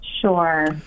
Sure